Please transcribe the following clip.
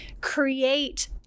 create